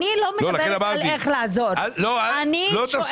אני לא מדברת על איך לעזור; אני שואלת